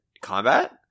combat